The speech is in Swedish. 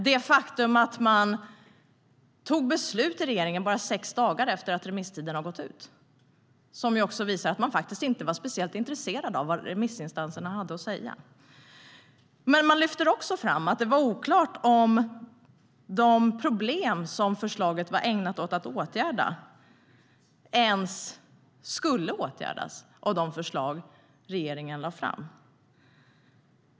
Det faktum att regeringen fattade beslut endast sex dagar efter att remisstiden hade gått ut visar att regeringen inte var speciellt intresserad av vad remissinstanserna hade att säga. Man lyfter också fram att det var oklart om de problem som förslaget var ägnat att åtgärda ens skulle åtgärdas; det gäller de förslag som regeringen lade fram.